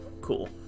Cool